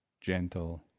gentle